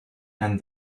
and